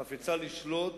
חפצה לשלוט,